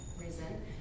reason